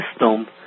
system